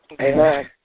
Amen